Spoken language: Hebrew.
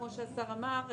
כפי שהשר אמר,